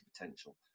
potential